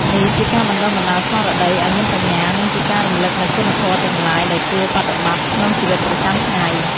នេះជាការបណ្ដុះបណ្ដាលស្មារតីឱ្យមានបញ្ញា និងជាការរំលឹកនូវគុណធម៌ទាំងឡាយដែលគួរបដិបត្តិក្នុងជីវិតប្រចាំថ្ងៃ។